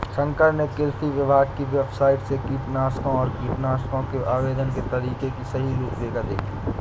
शंकर ने कृषि विभाग की वेबसाइट से कीटनाशकों और कीटनाशकों के आवेदन के तरीके की सही रूपरेखा देखी